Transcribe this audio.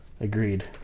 Agreed